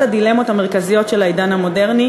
הדילמות המרכזיות של העידן המודרני,